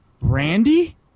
Randy